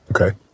Okay